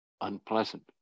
unpleasant